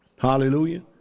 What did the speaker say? Hallelujah